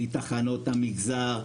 מיחידות המגזר,